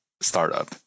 startup